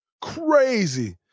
crazy